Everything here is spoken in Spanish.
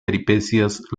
peripecias